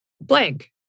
blank